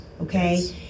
okay